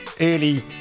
early